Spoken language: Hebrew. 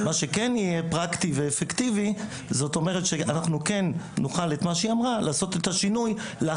מה שכן יהיה פרקטי ואנחנו כן נוכל לעשות את השינוי שהיא אמרה,